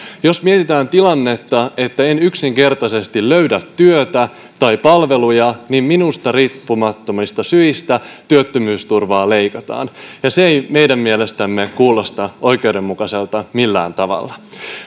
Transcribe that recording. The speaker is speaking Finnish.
jos mietitään tilannetta että en yksinkertaisesti löydä työtä tai palveluja mutta minusta riippumattomista syistä työttömyysturvaa leikataan niin se ei meidän mielestämme kuulosta oikeudenmukaiselta millään tavalla